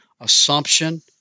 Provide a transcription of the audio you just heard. assumption